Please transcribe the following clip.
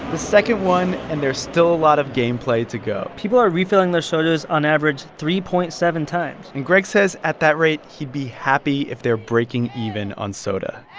the second one, and there's still a lot of game play to go people are refilling those sodas, on average, three point seven times and greg says at that rate, he'd be happy if they're breaking even on soda